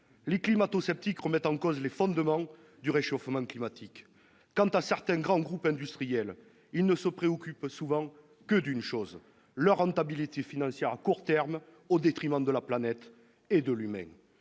Les climato-sceptiques remettent en cause les fondements du réchauffement climatique, quand certains grands groupes industriels ne se préoccupent souvent que de leur rentabilité financière à court terme, au détriment de la planète et de l'humain.